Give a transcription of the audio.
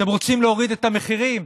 אתם רוצים להוריד את המחירים?